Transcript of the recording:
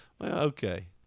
okay